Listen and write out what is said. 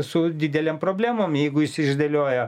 su didelėm problemom jeigu jis išdėlioja